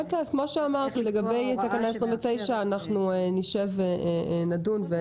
כן, לגבי תקנה 29 נשב ונתייעץ.